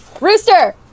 rooster